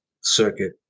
circuit